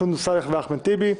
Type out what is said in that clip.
סונדוס סאלח ואחמד טיבי.